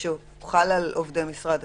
כשהוא חל על עובדי משרד התקשורת?